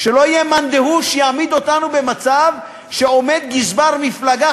שלא יהיה מאן דהוא שיעמיד אותנו במצב שעומד גזבר מפלגה,